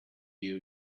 you